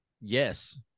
yes